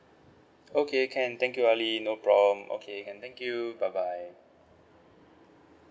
okay can thank you ali no problem okay can thank you bye bye